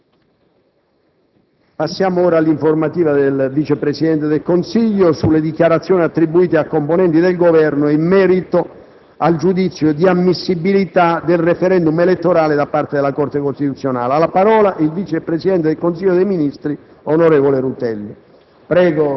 giorno reca: «Informativa del Vice presidente del Consiglio dei ministri sulle dichiarazioni attribuite a componenti del Governo in merito al giudizio di ammissibilità del *referendum* elettorale da parte della Corte costituzionale». Ha facoltà di parlare il vice presidente del Consiglio dei ministri, onorevole Rutelli.